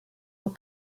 were